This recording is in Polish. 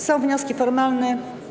Są wnioski formalne.